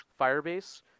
firebase